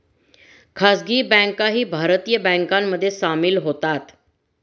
खासगी बँकाही भारतीय बँकांमध्ये सामील होतात